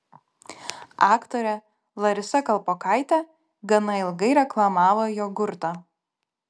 aktorė larisa kalpokaitė gana ilgai reklamavo jogurtą